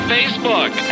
Facebook